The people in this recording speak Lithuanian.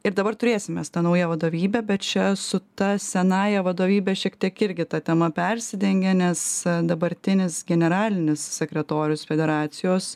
ir dabar turėsim mes tą naują vadovybę bet čia su ta senąja vadovybe šiek tiek irgi ta tema persidengia nes dabartinis generalinis sekretorius federacijos